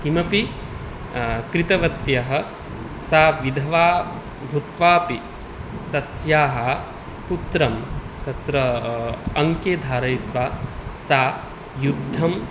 किमपि कृतवती सा विधवा भूत्वापि तस्याः पुत्रं तत्र अङ्के धारयित्वा सा युद्धं